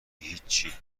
هیچی